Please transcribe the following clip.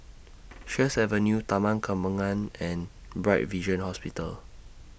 Sheares Avenue Taman Kembangan and Bright Vision Hospital